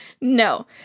No